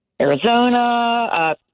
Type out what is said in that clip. Arizona